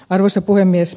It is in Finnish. arvoisa puhemies